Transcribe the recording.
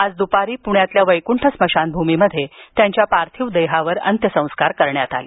आज दुपारी पुण्यातल्या वैकुंठ स्मशाभूमीत त्यांच्या पार्थिव देहावर अंत्यसंस्कार करण्यात आले